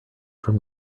from